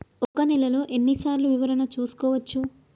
ఒక నెలలో ఎన్ని సార్లు వివరణ చూసుకోవచ్చు?